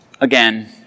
Again